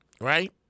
right